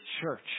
church